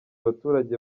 abaturage